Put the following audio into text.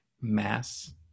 mass